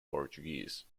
portuguese